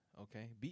okay